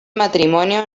matrimonio